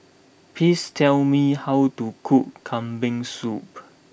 please tell me how to cook Kambing Soup